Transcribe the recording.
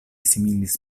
similis